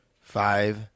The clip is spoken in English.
Five